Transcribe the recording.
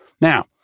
Now